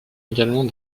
également